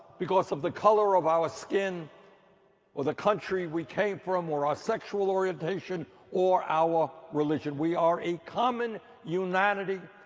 because of the color of our skin or the country that we came from or our sexual orientation or our religion. we are a common humanity.